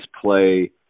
play